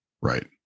Right